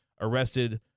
arrested